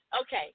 okay